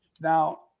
Now